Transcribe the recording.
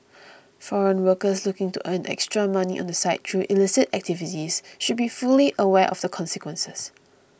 foreign workers looking to earn extra money on the side through illicit activities should be fully aware of the consequences